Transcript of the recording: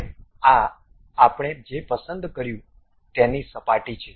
હવે આ આપણે જે પસંદ કર્યું તેની સપાટી છે